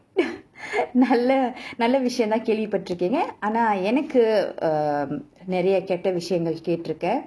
நல்ல நல்ல விஷயம்தான் கேள்வி பட்டிருகீங்க ஆனா எனக்கு:nalla vishayamthaan kaelvi pattirukeenga aana enakku um நெறய கெட்ட விஷயங்கள் கேட்டிருக்கேன்:neraya ketta vishayangal kettirukaen